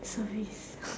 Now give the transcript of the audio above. service